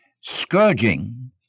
scourging